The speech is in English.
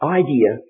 idea